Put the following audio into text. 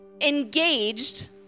engaged